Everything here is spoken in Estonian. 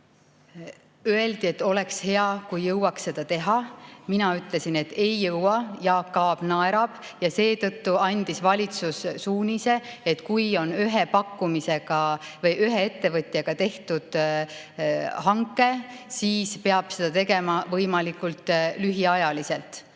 Öeldi, et oleks hea, kui jõuaks seda teha. Mina ütlesin, et ei jõua – Jaak Aab naerab! –, ja seetõttu andis valitsus suunise, et kui on ühe ettevõtjaga tehtud hange, siis peab selle tegema võimalikult lühiajalise.